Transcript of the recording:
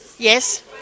Yes